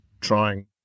trying